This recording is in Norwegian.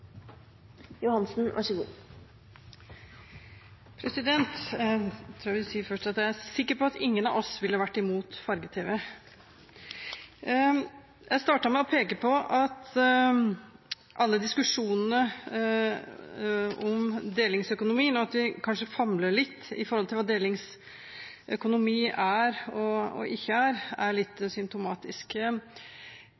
si at jeg er sikker på at ingen av oss ville vært imot farge-tv. Jeg startet med å peke på at man i alle diskusjonene om delingsøkonomien kanskje famler litt med hensyn til hva delingsøkonomi er og ikke er, og at det er litt